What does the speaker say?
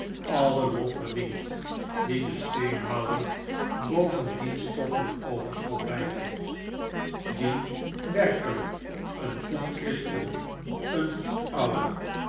alien lof vcrdicnt dicn dc steenhouwer boven diens stoffelijk overschot beitelt die werkelijk een goed christen een goed ouder